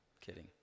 Kidding